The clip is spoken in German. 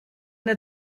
der